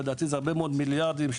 אבל לדעתי אלה הרבה מאוד מיליארדים של